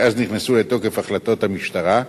שאז נכנסו לתוקף החלטות הממשלה?